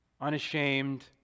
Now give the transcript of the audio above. unashamed